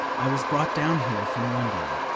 i was brought down here from london.